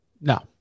No